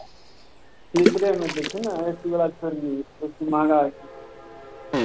स्लीपरेमे देखियौ ने A C वला छोड़ि दियौ ए सी महँगा होइ छै